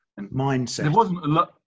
mindset